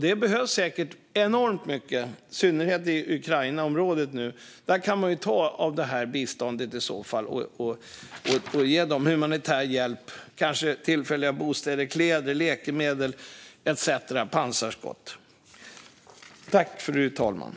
Det behövs säkert enormt mycket, i synnerhet i Ukrainaområdet, och då kan man ta av biståndet till humanitär hjälp, såsom tillfälliga bostäder, kläder, läkemedel etcetera, och till pansarskott.